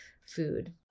food